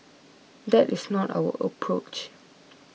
that is not our approach